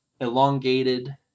elongated